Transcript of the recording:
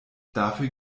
dafür